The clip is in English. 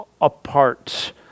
apart